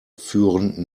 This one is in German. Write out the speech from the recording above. führen